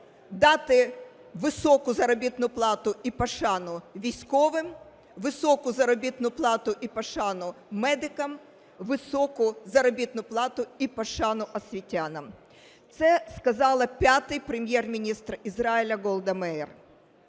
дати високу заробітну плату і пошану військовим, високу заробітну плану і пошану медикам, високу заробітну плату і пошану освітянам. Це сказала п'ятий Прем'єр-міністр Ізраїлю Голда Меїр.